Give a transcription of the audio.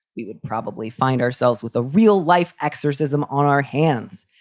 we would probably find ourselves with a real life exorcism on our hands,